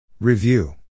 Review